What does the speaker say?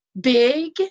big